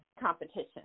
competition